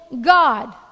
God